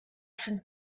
sind